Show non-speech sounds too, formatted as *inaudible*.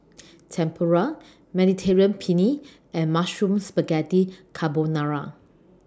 *noise* Tempura Mediterranean Penne and Mushroom Spaghetti Carbonara